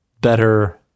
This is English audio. better